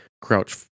crouch